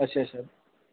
अच्छा अच्छा